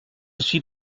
suis